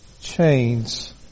chains